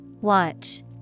Watch